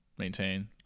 maintain